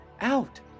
out